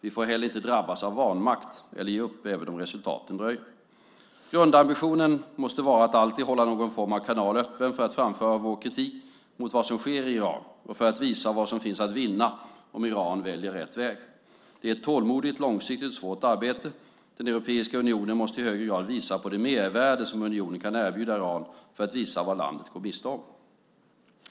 Vi får heller inte drabbas av vanmakt och ge upp även om resultaten dröjer. Grundambitionen måste vara att alltid hålla någon form av kanal öppen för att framföra vår kritik mot vad som sker i Iran och för att visa på vad som finns att vinna om Iran väljer rätt väg. Det är ett tålmodigt, långsiktigt och svårt arbete. EU måste i högre grad visa på det mervärde som unionen kan erbjuda Iran för att visa vad landet går miste om.